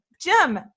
Jim